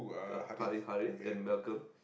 uh Harrith Harrith and Malcolm